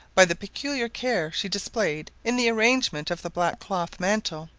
by the peculiar care she displayed in the arrangement of the black cloth mantle,